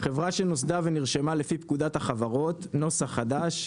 חברה שנוסדה ונרשמה לפי פקודת החברות [נוסח חדש],